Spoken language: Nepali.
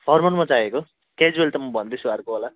फर्मलमा चाहिएको क्याज्वल त म भन्दैछु अर्कोवाला